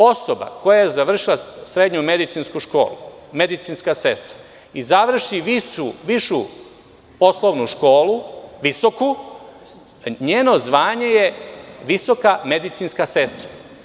Osoba koja je završila srednju medicinsku školu, medicinska sestra, i završi visoku poslovnu školu, njeno zvanje je visoka medicinska sestra.